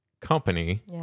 company